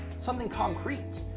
something concrete,